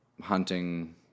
hunting